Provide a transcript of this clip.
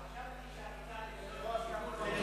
חשבתי שאת רוצה לגלות כבוד,